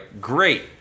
great